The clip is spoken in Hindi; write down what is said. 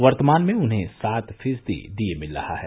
वर्तमान में उन्हें सात फीसदी डीए मिल रहा है